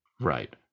Right